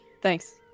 Thanks